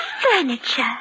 furniture